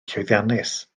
llwyddiannus